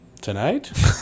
Tonight